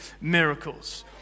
miracles